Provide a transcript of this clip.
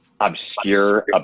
obscure